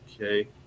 Okay